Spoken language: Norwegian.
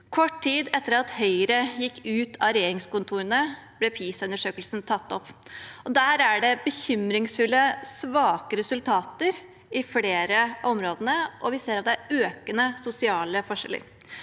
Kort tid etter at Høyre gikk ut av regjeringskontorene, ble PISA-undersøkelsen tatt opp. Der er det bekymringsfulle, svake resultater på flere av områdene, og vi ser at det er økende sosiale forskjeller.